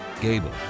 Gable